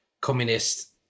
Communist